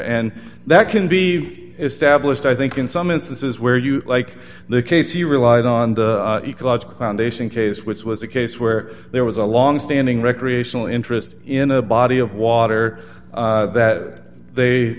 and that can be established i think in some instances where you like the case he relied on the ecological plantation case which was a case where there was a long standing recreational interest in a body of water that they